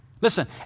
Listen